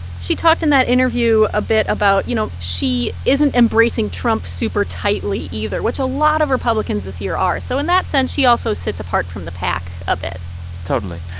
she talked in that interview a bit about, you know, she isn't embracing trump super tightly either, which a lot of republicans this year are. so in that sense, she also sits apart from the pack a bit totally.